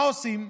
מה עושים?